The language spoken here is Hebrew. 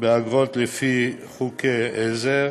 באגרות לפי חוקי העזר